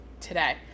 today